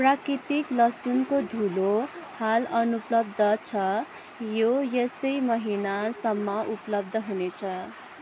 प्राकृतिक लसुनको धुलो हाल अनुपलब्ध छ यो यसै महिना सम्ममा उपलब्ध हुनेछ